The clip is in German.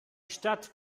stadt